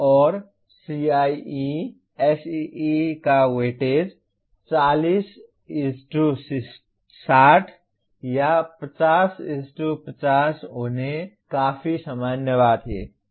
और CIE SEE का weightage 4060 या 5050 होना काफी सामान्य बात है